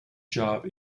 job